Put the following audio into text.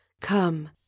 come